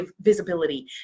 visibility